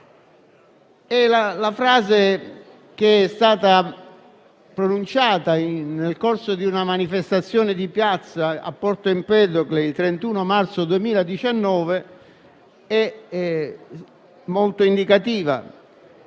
La frase che è stata pronunciata nel corso di una manifestazione di piazza a Porto Empedocle, il 31 marzo 2019, è molto indicativa,